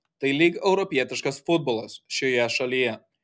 tai lyg europietiškas futbolas šioje šalyje